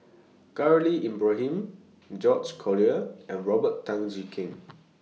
Khalil Ibrahim George Collyer and Robert Tan Jee Keng